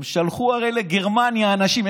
הם הרי שלחו לגרמניה אנשים.